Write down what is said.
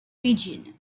region